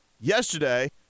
yesterday